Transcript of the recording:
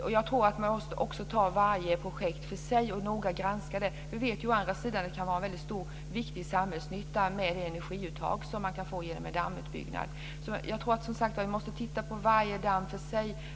Jag tror också att man måste ta varje projekt för sig och noggrant granska dem. Vi vet å andra sidan att det kan vara en väldigt stor och viktig samhällsnytta med det energiuttag som man kan få genom en dammutbyggnad. Jag tror som sagt var att vi måste titta på varje damm för sig.